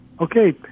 Okay